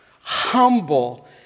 Humble